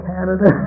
Canada